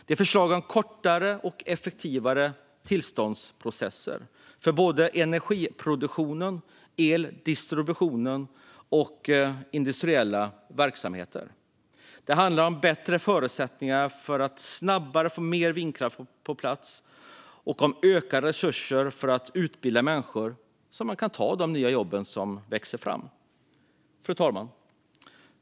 Det är förslag om kortare och effektivare tillståndsprocesser för energiproduktion, eldistribution och industriella verksamheter. Det handlar om bättre förutsättningar för att snabbare få mer vindkraft på plats och om ökade resurser för att utbilda människor så att de kan ta de nya jobb som växer fram. Fru talman!